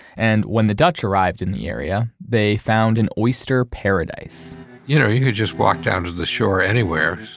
and when the dutch arrived in the area, they found an oyster paradise you know, you could just walk down to the shore anywhere,